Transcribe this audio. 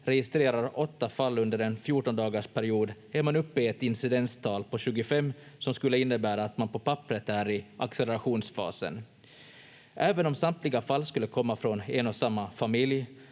registrerar åtta fall under en 14 dagars period är man uppe i ett incidenstal på 25 som skulle innebära att man på pappret är i accelerationsfasen. Även om samtliga fall skulle komma från en och samma familj